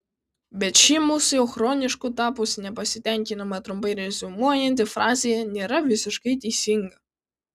bet ši mūsų jau chronišku tapusį nepasitenkinimą trumpai reziumuojanti frazė nėra visiškai teisinga